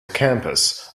campus